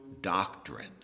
doctrine